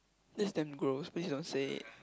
this damn gross please don't say it